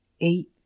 eight